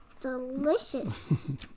Delicious